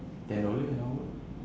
ten dollar an hour